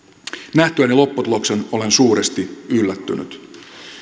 nähtyäni lopputuloksen olen suuresti yllättynyt